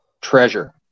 treasure